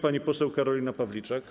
Pani poseł Karolina Pawliczak.